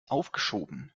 aufgeschoben